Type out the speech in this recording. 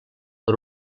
per